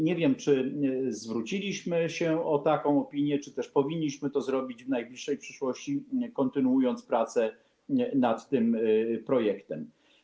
Nie wiem, czy zwróciliśmy się o taką opinię, czy też powinniśmy to zrobić w najbliższej przyszłości, kontynuując prace nad tym projektem.